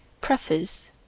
Preface